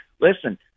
Listen